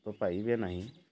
ପାଇବେ ନାହିଁ